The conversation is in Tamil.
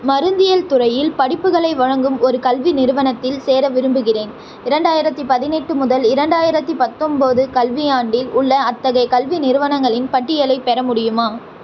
மருந்தியல் துறையில் படிப்புகளை வழங்கும் ஒரு கல்வி நிறுவனத்தில் சேர விரும்புகிறேன் இரண்டாயிரத்தி பதினெட்டு முதல் இரண்டாயிரத்தி பத்தொம்பது கல்வியாண்டில் உள்ள அத்தகைய கல்வி நிறுவனங்களின் பட்டியலைப் பெற முடியுமா